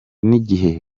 n’igihe